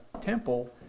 temple